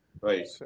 Right